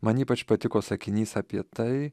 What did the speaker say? man ypač patiko sakinys apie tai